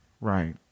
Right